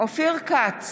אופיר כץ,